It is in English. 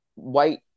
white